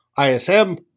ISM